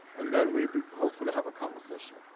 and then we'll hopefully have a conversation.